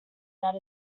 that